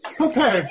Okay